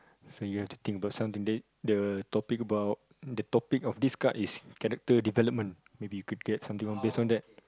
so you have to think about something about the topic about the topic of this cart is character development maybe you can get something based on that